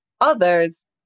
others